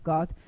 God